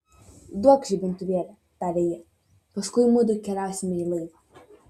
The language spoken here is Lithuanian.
duokš žibintuvėlį tarė ji paskui mudu keliausime į laivą